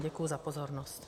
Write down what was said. Děkuji za pozornost.